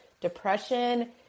depression